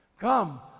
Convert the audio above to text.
Come